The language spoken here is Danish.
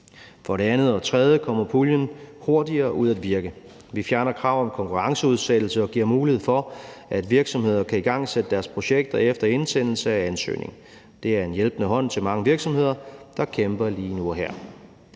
For det andet og det tredje kommer puljen hurtigere ud at virke: Vi fjerner kravet om konkurrenceudsættelse og giver mulighed for, at virksomheder kan igangsætte deres projekter efter indsendelse af ansøgning. Det er en hjælpende hånd til mange virksomheder, der kæmper lige nu og her.